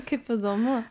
kaip įdomu